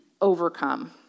overcome